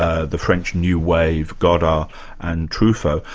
ah the french new wave, godard and truffaut,